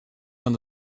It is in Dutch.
van